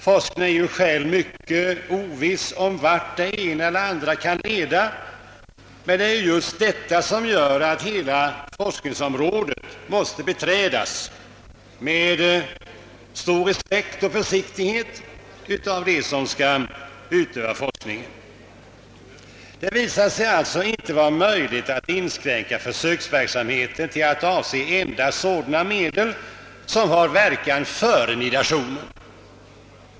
Forskningen är ju själv mycket oviss beträffande vart den ena eller andra vägen kan leda, men det är just detta som gör att hela forskningsområdet måste beträdas med stor respekt och försiktighet av dem som skall utöva forskningen. Det visade sig alltså icke vara möjligt att inskränka försöksverksamheten till att avse endast sådana medel, som har verkan enbart före nidationen.